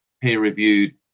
peer-reviewed